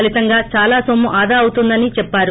ఫలీతంగా చాలా నొమ్ము ఆదా అవుతోందని చెప్పారు